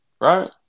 right